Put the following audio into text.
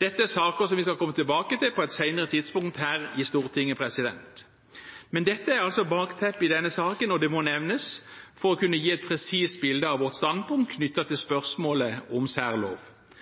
Dette er saker vi skal komme tilbake til på et senere tidspunkt her i Stortinget. Men dette er altså bakteppet i denne saken, og det må nevnes for å kunne gi et presist bilde av vårt standpunkt knyttet til spørsmålet om særlov.